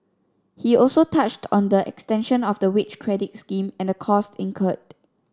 he also touched on the extension of the wage credit scheme and the costs incurred